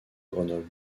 grenoble